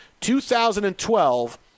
2012